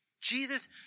Jesus